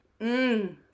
Mmm